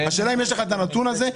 השאלה היא האם יש לך את הנתון הזה?